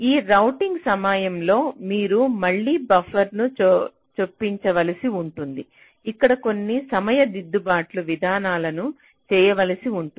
ఈ రౌటింగ్ సమయంలో మీరు మళ్ళీ బఫర్లను చొప్పించవలసి ఉంటుంది ఇక్కడ కొన్ని సమయ దిద్దుబాటు విధానాలను చేయవలసి ఉంటుంది